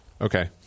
okay